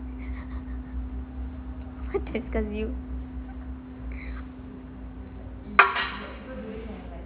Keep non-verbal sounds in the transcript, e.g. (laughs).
(laughs) what disgust you